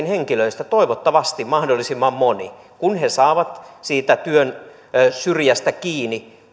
henkilöistä toivottavasti mahdollisimman moni kun he saavat siitä työn syrjästä kiinni